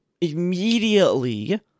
immediately